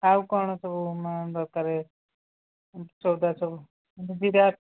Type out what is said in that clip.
ଆଉ କ'ଣ ସବୁ ମାନେ ଦରକାର ସଉଦା ସବୁ ଜିରା